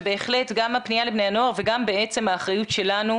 ובהחלט גם הפנייה לבני הנוער וגם האחריות שלנו